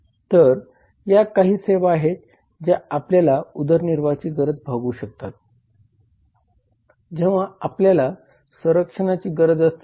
तर या काही सेवा आहेत ज्या आपल्याला उदरनिर्वाहाची गरज भागवू शकतात जेव्हा आपल्याला संरक्षणाची गरज असते